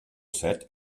set